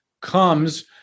comes